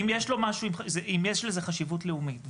אם יש לזה חשיבות לאומית,